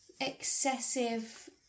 Excessive